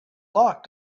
locked